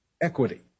Equity